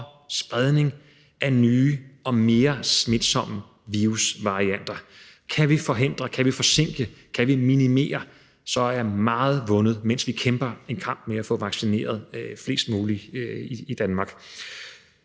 spredning af nye og mere smitsomme virusvarianter. Kan vi forhindre, kan vi forsinke, kan vi minimere, så er meget vundet, mens vi kæmper en kamp med at få vaccineret flest mulige i Danmark.